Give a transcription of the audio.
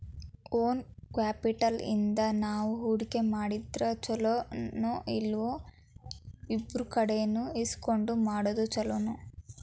Own capital ಇಂದಾ ನಾವು ಹೂಡ್ಕಿ ಮಾಡಿದ್ರ ಛಲೊನೊಇಲ್ಲಾ ಇನ್ನೊಬ್ರಕಡೆ ಇಸ್ಕೊಂಡ್ ಮಾಡೊದ್ ಛೊಲೊನೊ?